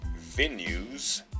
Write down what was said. venues